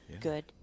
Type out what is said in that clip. good